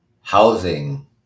housing